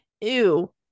ew